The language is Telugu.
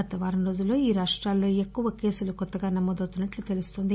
గత వారం రోజుల్లో ఈ రాష్టాల్లో ఎక్కువ కేసులు కొత్తగా నమోదు అవుతున్నట్టు తెలుస్తోంది